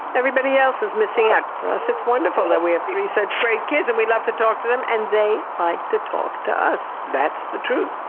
everybody else is missing out. for us it's wonderful that we have three such great kids and we love to talk to them, and they like to talk to us. that's the truth!